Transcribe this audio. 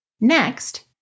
Next